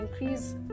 increase